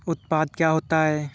उत्पाद क्या होता है?